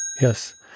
Yes